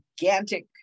gigantic